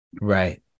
Right